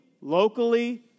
locally